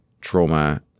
trauma